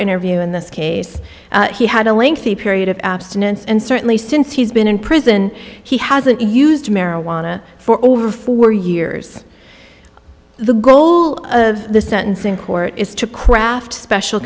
interview in this case he had a lengthy period of abstinence and certainly since he's been in prison he hasn't used marijuana for over four years the goal of the sentencing court is to craft special